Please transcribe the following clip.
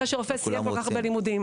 אחרי שרופא סיים כל כך הרבה לימודים.